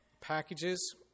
packages